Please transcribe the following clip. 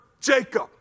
Jacob